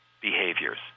behaviors